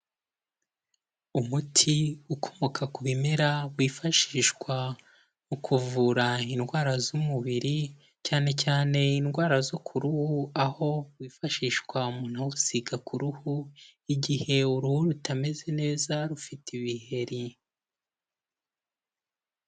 Umuti ukomoka ku bimera wifashishwa mu kuvura indwara z'umubiri, cyanecyane indwara zo ku ruhu, aho wifashishwa umuntu awusiga ku ruhu, igihe uruhu rutameze neza rufite ibiheri.